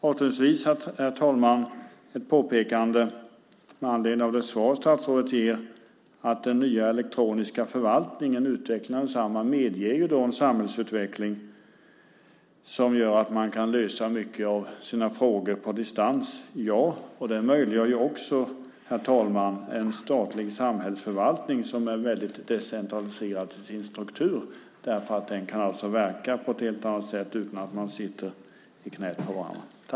Avslutningsvis, herr talman, ett påpekande med anledning av det svar statsrådet ger, att utvecklingen av den nya elektroniska förvaltningen medger en samhällsutveckling som gör att man kan lösa mycket av sina frågor på distans. Ja, och det möjliggör också, herr talman, en statlig samhällsförvaltning som är väldigt decentraliserad i sin struktur därför att den alltså kan verka på ett helt annat sätt utan att man sitter i knäet på varandra.